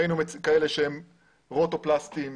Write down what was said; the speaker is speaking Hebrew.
ראינו כאלה שהם פלסטיים,